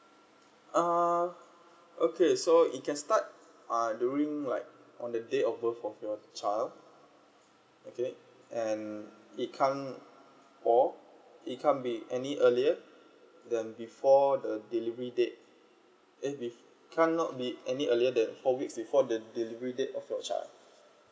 uh okay so you can start uh during like on the day of birth of your child okay and it can or it can be any earlier then before the delivery date eh bef~ cannot be any earlier than four weeks before the delivery date of your child